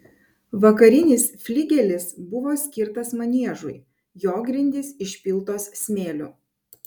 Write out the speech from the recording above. vakarinis fligelis buvo skirtas maniežui jo grindys išpiltos smėliu